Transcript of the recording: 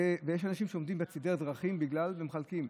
יש אנשים שעומדים בצידי הדרכים ומחלקים.